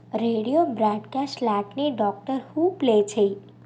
radio broadcast ల్యాటిని Doctor Who play చేయి